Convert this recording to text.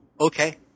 Okay